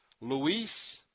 Luis